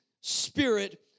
Spirit